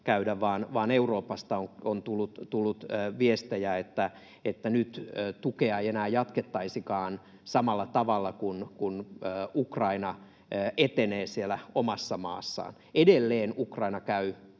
vaan Euroopasta on tullut viestejä, että nyt tukea ei enää jatkettaisikaan samalla tavalla, kun Ukraina etenee siellä omassa maassaan. Edelleen Ukraina käy